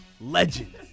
legend